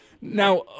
Now